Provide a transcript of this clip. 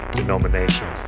denomination